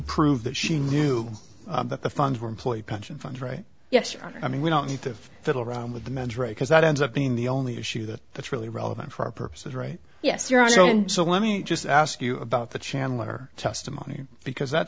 prove that she knew that the funds were employed pension funds right yes i mean we don't need to fiddle around with the mens rea because that ends up being the only issue that that's really relevant for our purposes right yes you're right so let me just ask you about the chandler testimony because that